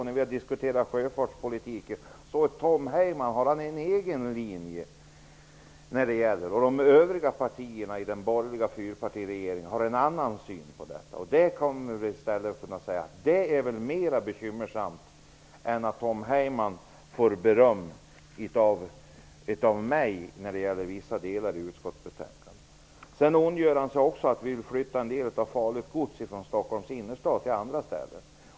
När vi diskuterar sjöfartspolitik brukar moderaten Tom Heyman ha en egen linje, medan företrädare för de övriga partierna i den borgerliga fyrpartiregeringen har en annan syn. Det är väl mera bekymmersamt än att Tom Heyman får beröm från mig för vissa delar i utskottets betänkande? Tom Heyman ondgör sig också över att vi vill flytta en del av hanteringen av farligt gods från Stockholms innerstad till andra städer.